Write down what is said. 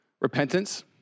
Repentance